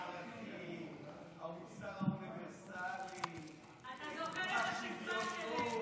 ערכים, המוסר האוניברסלי, שוויוניות,